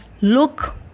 look